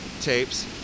tapes